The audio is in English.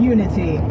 Unity